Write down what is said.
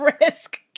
risk